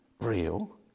real